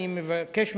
אני מבקש ממך,